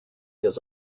his